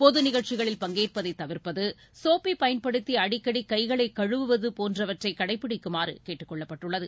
பொது நிகழ்ச்சிகளில் பங்கேற்பதை தவிர்ப்பது சோப்பை பயன்படுத்தி அடிக்கடி கைகளை கழுவுவது போன்றவற்றை கடைப்பிடிக்குமாறு கேட்டுக்கொள்ளப்பட்டுள்ளது